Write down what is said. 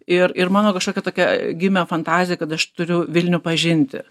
ir ir mano kažkokia tokia gimė fantazija kad aš turiu vilnių pažinti